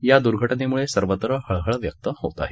या दुर्घटनेमुळं सर्वत्र हळहळ व्यक्त होत आहे